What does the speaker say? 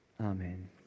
Amen